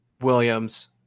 Williams